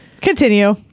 continue